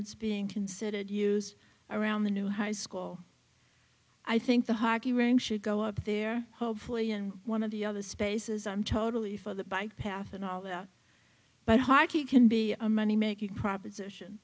that's being considered use around the new high school i think the hockey rink should go up there hopefully and one of the other spaces i'm totally for the bike path and all that but hockey can be a moneymaking proposition